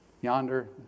yonder